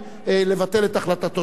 לבטל את החלטתו של היועץ המשפטי.